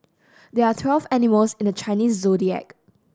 there are twelve animals in the Chinese Zodiac